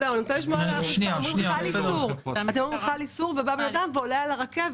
אתם אומרים שחל איסור אבל בא בן אדם ועולה על הרכבת.